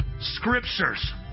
Scriptures